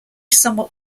somewhat